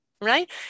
right